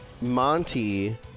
Monty